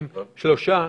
שלושה.